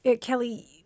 Kelly